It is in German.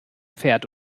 pferd